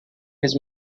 his